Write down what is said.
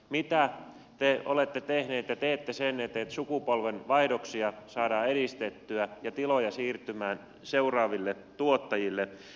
mitä te olette tehneet ja teette sen eteen että sukupolvenvaihdoksia saadaan edistettyä ja tiloja siirtymään seuraaville tuottajille